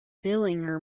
billinger